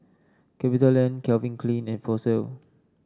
Capitaland Calvin Klein and Fossil